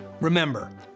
Remember